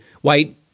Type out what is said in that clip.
white